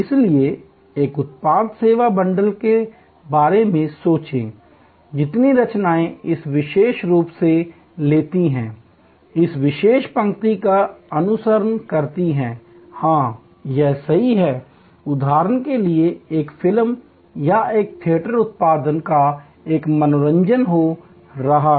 इसलिए एक उत्पाद सेवा बंडल के बारे में सोचें जिसकी रचनाएँ इसे विशेष रूप से लेती हैं इस विशेष पंक्ति का अनुसरण करती है हाँ यह सही है उदाहरण के लिए एक फिल्म या एक थिएटर उत्पादन या एक मनोरंजन हो रहा है